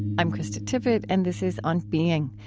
i'm krista tippett, and this is on being.